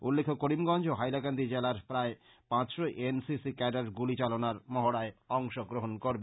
উল্লেখ্য করিমগঞ্জ ও হাইলাকান্দি জেলার প্রায় পাঁচশ এন সি সি ক্যাডার গুলি চালানোর মহড়ায় অংশগ্রহন করবে